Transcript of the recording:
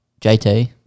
JT